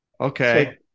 Okay